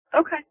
Okay